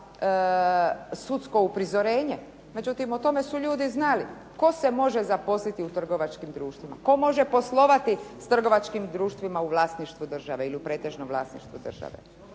sudsko uprizorenje, međutim, o tome su ljudi znali, tko se može zaposliti u trgovačkim društvima, tko može poslovati sa trgovačkim društvima u vlasništvu države, ili u pretežnom vlasništvu države.